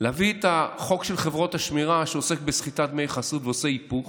להביא את החוק של חברות השמירה שעוסק בסחיטת דמי חסות ועושה היפוך,